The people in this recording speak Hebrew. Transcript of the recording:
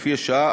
לפי שעה,